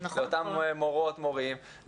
כי אותם מורות ומורים,